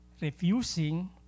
refusing